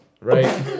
right